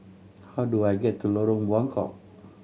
how do I get to Lorong Buangkok